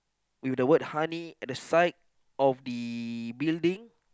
with the word honey at the side of the biggest thing